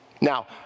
Now